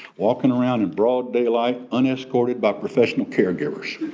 walking around in broad daylight unescorted by professional caregivers.